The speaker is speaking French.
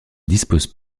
disposent